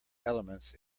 elements